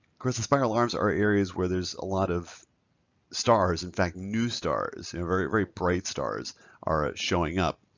course and spiral arms are areas where there's a lot of stars. in fact, new stars, very very bright stars are showing up.